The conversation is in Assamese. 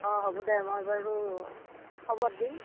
অঁ হ'ব দে মই বাৰু খবৰ দিম